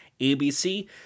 ABC